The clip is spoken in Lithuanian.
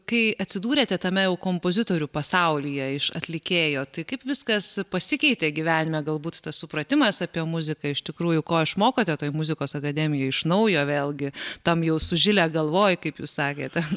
kai atsidūrėte tame jau kompozitorių pasaulyje iš atlikėjo tai kaip viskas pasikeitė gyvenime galbūt tas supratimas apie muziką iš tikrųjų ko išmokote toj muzikos akademijoj iš naujo vėlgi tam jau su žile galvoji kaip jūs sakėte